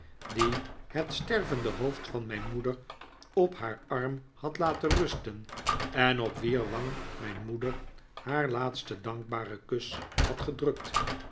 die het stervende hoofd van mijn moeder op haar arm had laten rusten en op wier wang mijn moeder haar laatsten dankbaren kus had gedrukt